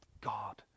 God